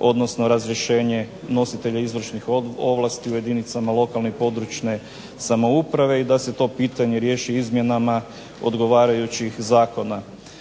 odnosno razrješenje nositelja izvršnih ovlasti u jedinicama lokalne i područne samouprave i da se to pitanje riješi izmjenama odgovarajućih zakona.